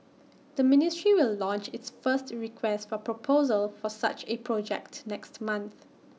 the ministry will launch its first request for proposal for such A project next month